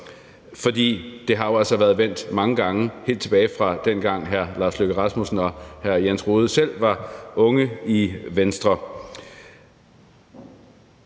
for det har jo altså været vendt mange gange helt tilbage fra dengang, hr. Lars Løkke Rasmussen og hr. Jens Rohde selv var unge i Venstre.